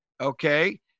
okay